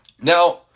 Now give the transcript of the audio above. Now